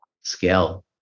scale